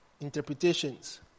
interpretations